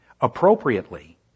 appropriately